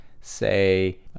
say